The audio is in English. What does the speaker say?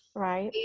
right.